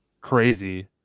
crazy